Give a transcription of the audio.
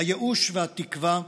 הייאוש והתקווה,